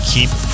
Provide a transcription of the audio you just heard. keep